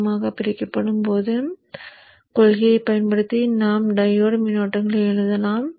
சமமாக பிரிக்கப்படும் போது கொள்கையைப் பயன்படுத்தி நாம் டையோடு மின்னோட்டங்களை எழுதலாம்